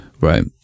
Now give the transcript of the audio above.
Right